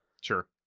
Sure